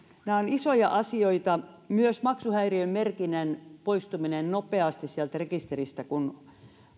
nämä ovat isoja asioita myös maksuhäiriömerkinnän poistuminen nopeasti sieltä rekisteristä kun